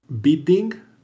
bidding